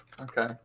Okay